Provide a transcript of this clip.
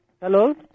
Hello